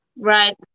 Right